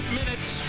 minutes